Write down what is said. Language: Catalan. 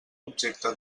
objecte